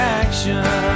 action